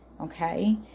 okay